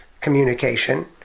communication